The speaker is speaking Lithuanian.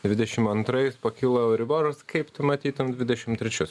dvidešimt antrais pakilo euriboras kaip tu matytum dvidešimt trečius